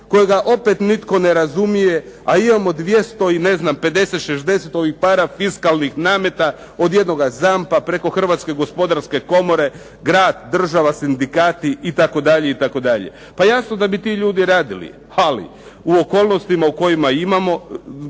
kojega opet nitko ne razumije, a imamo 200 i ne znam 50, 60 ovih parafiskalnih nameta od jednoga ZAMP-a preko Hrvatske gospodarske komore, grad, država, sindikati itd. itd. Pa jasno da bi ti ljudi radili. Ali u okolnostima u kojima imamo